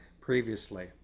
previously